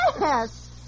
Yes